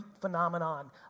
phenomenon